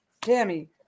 Tammy